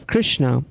Krishna